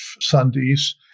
Sundays